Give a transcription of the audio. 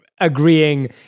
agreeing